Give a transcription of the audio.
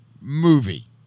movie